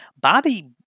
Bobby